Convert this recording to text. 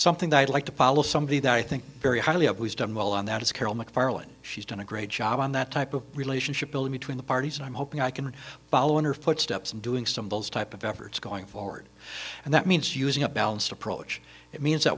something that i'd like to follow somebody that i think very highly of who's done well and that is carol mcfarland she's done a great job on that type of relationship between the parties and i'm hoping i can follow in her footsteps in doing some type of efforts going forward and that means using a balanced approach that means that